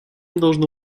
должно